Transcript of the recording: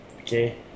okay